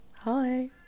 hi